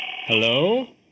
Hello